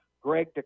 Greg